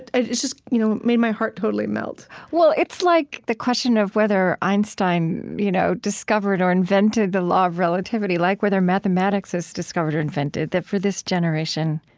it just you know made my heart totally melt well, it's like the question of whether einstein you know discovered or invented the law of relativity, like whether mathematics is discovered or invented, that for this generation,